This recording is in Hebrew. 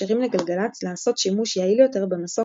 מאפשרים לגלגלצ לעשות שימוש יעיל יותר במסוק